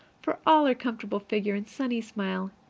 for all her comfortable figure and sunny smile,